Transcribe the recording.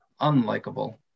unlikable